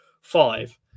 five